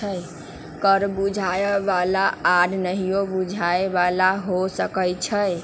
कर बुझाय बला आऽ नहियो बुझाय बला हो सकै छइ